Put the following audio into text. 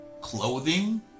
clothing